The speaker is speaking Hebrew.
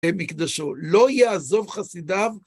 במקדשו. לא יעזוב חסידיו.